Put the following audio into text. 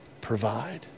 provide